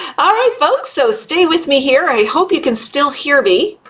all right, folks so stay with me here. i hope you can still hear me.